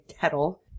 kettle